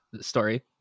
story